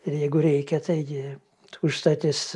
ir jeigu reikia taigi užstatys